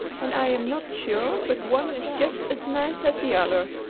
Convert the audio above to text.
and i am not sure but one is just as nice as the other.